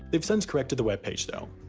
they've since corrected the webpage though.